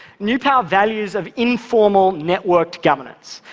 new power values of informal, networked governance.